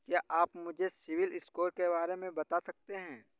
क्या आप मुझे सिबिल स्कोर के बारे में बता सकते हैं?